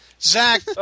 Zach